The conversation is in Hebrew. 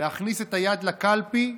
להכניס את היד לקלפי ולערבב,